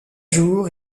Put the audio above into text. jour